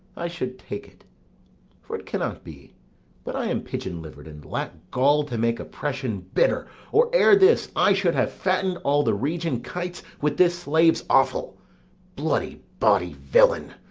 i should take it for it cannot be but i am pigeon-liver'd, and lack gall to make oppression bitter or ere this i should have fatted all the region kites with this slave's offal bloody, bawdy villain!